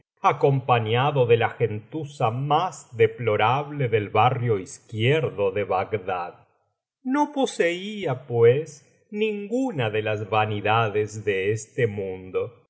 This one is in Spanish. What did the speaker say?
acompañado de la gentuza más deplorable del barrio izquierdo ele bagdad no poseía pues ninguna de las vanidades de este mundo